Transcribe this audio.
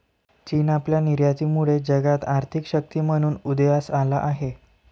चीन आपल्या निर्यातीमुळे जगात आर्थिक शक्ती म्हणून उदयास आला आहे